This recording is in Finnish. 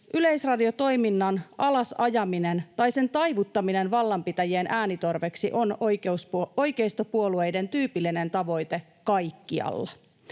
Yleisradiotoiminnan alas ajaminen tai sen taivuttaminen vallanpitäjien äänitorveksi on oikeistopuolueiden tyypillinen tavoite kaikkialla.